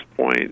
point